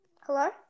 Hello